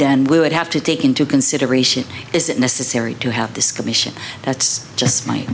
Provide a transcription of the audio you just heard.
then we would have to take into consideration is it necessary to have this commission that's just my